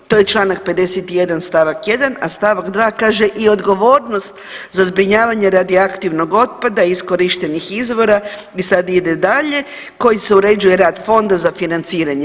To je Članak 51. stavak 1., a stavak 2. kaže i odgovornost za zbrinjavanje radioaktivnog otpada iskorištenih izvora i sad ide dalje koji se uređuje rad fonda za financiranje.